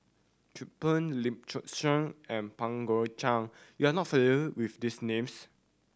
Chin Peng Lim Chin Siong and Pang Guek Cheng you are not familiar with these names